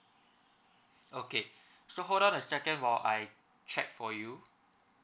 okay so hold on a second while I check for you